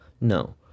no